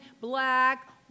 black